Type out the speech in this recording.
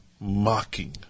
Mocking